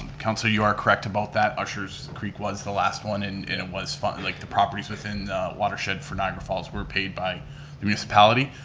councilor, you are correct about that. ushers creek was the last one, and it was, and like the property's within the watershed for niagara falls were paid by the municipality.